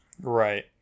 right